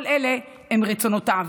כל אלה הם רצונותיו,